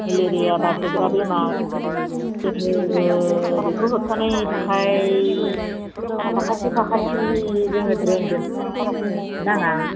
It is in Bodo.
मेलेरिया बारदेरग्रा बेमार जोङो बेखौ होबथानायनि थाखाय साखाथि फाखाथि जोङो ड्रेन दोननो नाङा